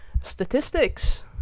statistics